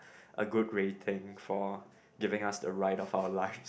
a good rating for giving us a ride of our lives